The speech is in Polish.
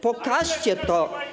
Pokażcie to.